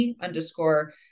underscore